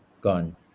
Gone